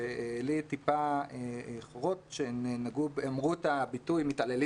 שטיפה חורה לי שהם אמרו את הביטויים "מתעללים